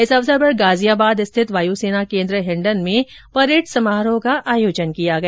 इस अवसर पर गाजियाबाद स्थित वायुसेना केन्द्र हिंडन में परेड समारोह का आयोजन किया गया